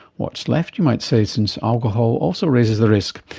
what's left, you might say, since alcohol also raises the risk.